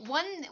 one